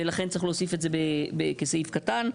וצריך להוסיף את זה בסעיף קטן.